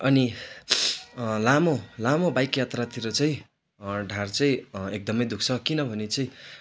अनि लामो लामो बाइक यात्रातिर चाहिँ ढाड चाहिँ एकदमै दुख्छ किनभने चाहिँ